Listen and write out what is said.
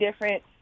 different